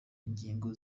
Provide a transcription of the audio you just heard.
ingingo